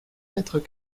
mètres